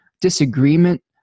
disagreement